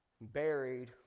buried